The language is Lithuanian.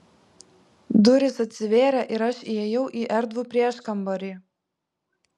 durys atsivėrė ir aš įėjau į erdvų prieškambarį